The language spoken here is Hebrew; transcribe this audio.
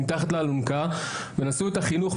מתחת לאלונקה ונשאו את החינוך,